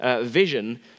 vision